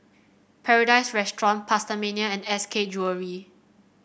Paradise Restaurant PastaMania and S K Jewellery